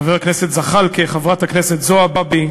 חבר הכנסת זחאלקה וחברת הכנסת זועבי.